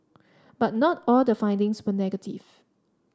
but not all the findings were negative